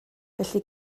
felly